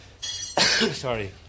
Sorry